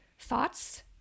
thoughts